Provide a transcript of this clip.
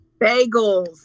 Bagels